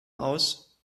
aus